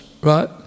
right